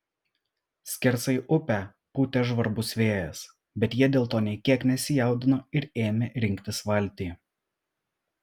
skersai upę pūtė žvarbus vėjas bet jie dėl to nė kiek nesijaudino ir ėmė rinktis valtį